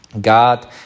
God